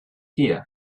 here